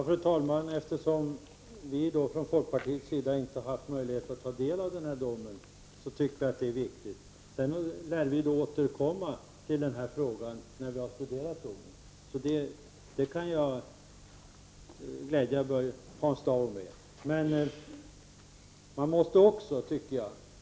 Fru talman! Eftersom vi från folkpartiets sida inte har haft möjlighet att ta del av domen får vi återkomma till den här frågan när vi har studerat domen. Det kan jag glädja Hans Dau med.